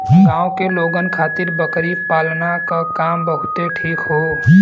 गांव के लोगन खातिर बकरी पालना क काम बहुते ठीक हौ